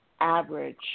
average